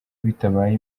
bitabaye